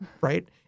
right